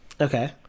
okay